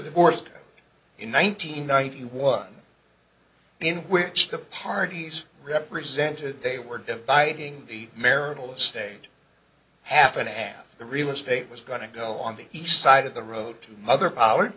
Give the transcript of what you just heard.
divorce in one thousand ninety one in which the parties represented they were dividing the marital stage half and a half the real estate was going to go on the east side of the road to mother power